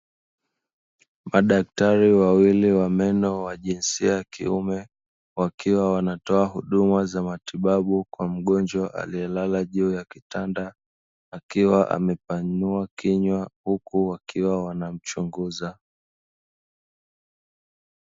Daktari wawili wa meno wa jinsia ya kiume wakiwa wanatoa huduma za matibabu kwa mgonjwa aliyelala juu ya kitanda akiwa amepanua kinywa huku wakiwa wanamchunguza.